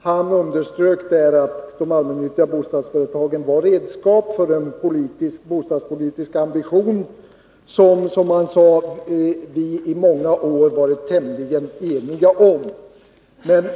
Han underströk att de allmännyttiga bostadsföretagen var redskap för en bostadspolitisk ambition som vi, som han sade, i många år varit tämligen eniga om.